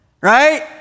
Right